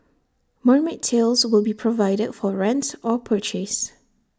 mermaid tails will be provided for rent or purchase